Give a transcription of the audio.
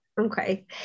Okay